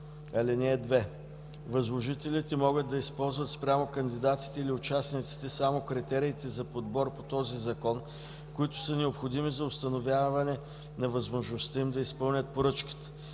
(2) Възложителите могат да използват спрямо кандидатите или участниците само критериите за подбор по този закон, които са необходими за установяване на възможността им да изпълнят поръчката.